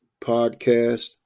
podcast